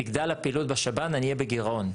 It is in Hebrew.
תגדל הפעילות בשב"ן, אני אהיה בגירעון.